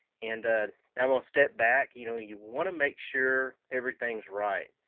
and i'm gonna step back. you know you want to make sure everything's right,